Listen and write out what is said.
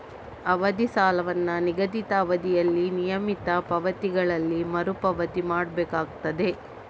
ಅವಧಿ ಸಾಲವನ್ನ ನಿಗದಿತ ಅವಧಿಯಲ್ಲಿ ನಿಯಮಿತ ಪಾವತಿಗಳಲ್ಲಿ ಮರು ಪಾವತಿ ಮಾಡ್ಬೇಕಾಗ್ತದೆ